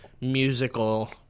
musical